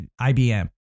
IBM